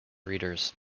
readers